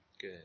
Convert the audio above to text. Good